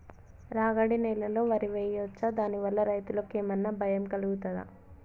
రాగడి నేలలో వరి వేయచ్చా దాని వల్ల రైతులకు ఏమన్నా భయం కలుగుతదా?